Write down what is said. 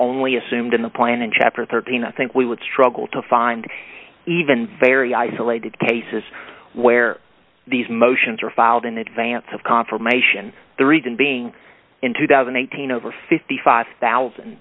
only assumed in the plan in chapter thirteen i think we would struggle to find even very isolated cases where these motions are filed in advance of confirmation the reason being in two thousand and eighteen over fifty five thousand